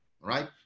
right